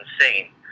insane